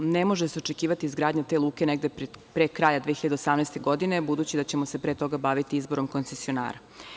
Ne može se očekivati izgradnja te luke pre kraja 2018. godine, budući da ćemo se pre toga baviti izborom koncesionara.